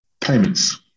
Payments